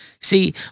See